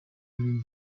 ibintu